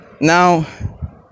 Now